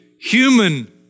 human